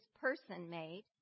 person-made